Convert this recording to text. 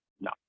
No